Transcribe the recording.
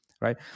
right